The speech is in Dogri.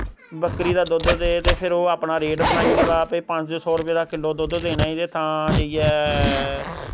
बकरी दा दुध्द दा ते फिर ओह् अपना रेट बनाई ओड़दा भाई पंज सौ दा किल्लो दुध्द देना ई ते तां जाइयै